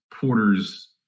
Porter's